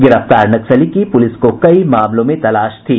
गिरफ्तार नक्सली की पुलिस को कई मामलों में तलाश थी